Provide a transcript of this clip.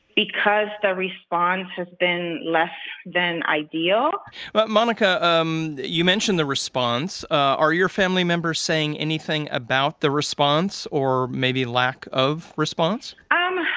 because the response has been less than ideal but monica, um you mention the response. are your family members saying anything about the response or maybe lack of response? um